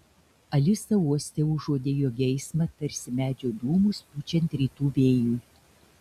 alisa uoste užuodė jo geismą tarsi medžio dūmus pučiant rytų vėjui